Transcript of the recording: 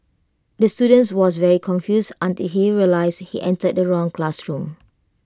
the students was very confused until he realised he entered the wrong classroom